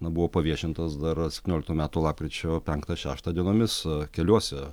na buvo paviešintos dar septynioliktų metų lapkričio penktą šeštą dienomis keliuose